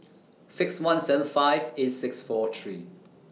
six one seven five eight six four three